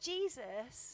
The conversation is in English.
Jesus